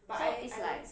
so it's like